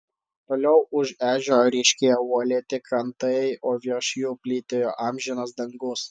toliau už ežero ryškėjo uolėti krantai o virš jų plytėjo amžinas dangus